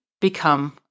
become